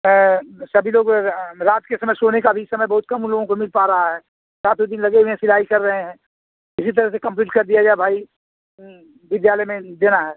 सभी लोग रात के समय सोने का भी इस समय बहुत कम हम लोगों को मिल पा रहा है रातों दिन लगे हुए हैं सिलाई कर रहे हैं किसी तरह से कंप्लीट कर दिया जाए भाई विद्यालय में देना है